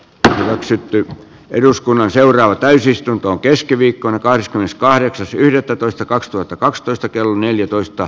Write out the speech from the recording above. tämä hyväksytty eduskunnan seuraava täysistuntoon keskiviikkona kahdeskymmeneskahdeksas yhdettätoista kaksituhattakaksitoista kello neljätoista